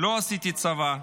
לא עשיתי צבא.